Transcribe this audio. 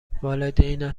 والدینت